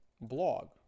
Blog